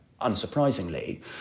unsurprisingly